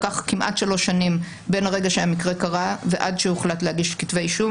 לקח כמעט שלוש שנים בין הרגע שהמקרה קרה ועד שהוחלט להגיש כתבי אישום,